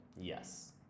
Yes